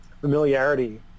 familiarity